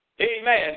Amen